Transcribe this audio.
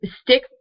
stick